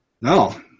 No